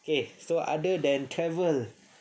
okay so other than travel